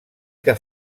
que